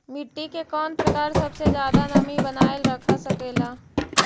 मिट्टी के कौन प्रकार सबसे जादा नमी बनाएल रख सकेला?